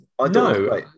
no